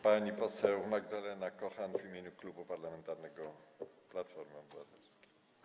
Pani poseł Magdalena Kochan w imieniu Klubu Parlamentarnego Platforma Obywatelska.